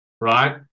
right